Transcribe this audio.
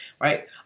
Right